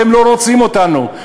אתם לא רוצים אותנו,